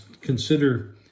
consider